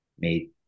made